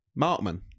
Markman